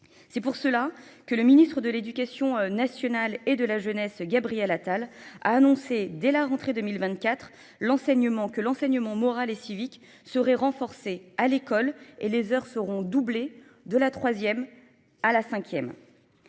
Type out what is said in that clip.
C'est pour cela que le ministre de l'Éducation nationale et de la Jeunesse, Gabriel Attal, a annoncé dès la rentrée 2024 que l'enseignement moral et civique serait renforcé à l'école et les heures seront doublées de la troisième à la cinquième.